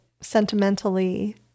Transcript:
sentimentally